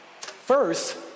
First